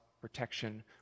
protection